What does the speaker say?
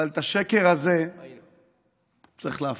אבל את השקר הזה צריך להפריך.